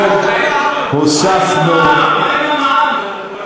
מה עם המע"מ?